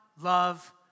love